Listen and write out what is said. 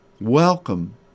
welcome